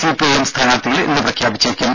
CPIM സ്ഥാനാർത്ഥികളെ ഇന്ന് പ്രഖ്യാപിച്ചേക്കും